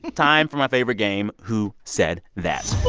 time for my favorite game, who said that?